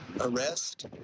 arrest